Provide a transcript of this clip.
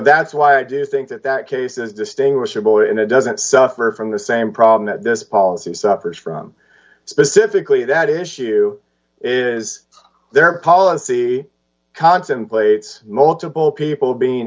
that's why i do think that that case is distinguishable in a doesn't suffer from the same problem that this policy suffers from specifically that issue is their policy contemplates multiple people being